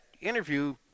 interview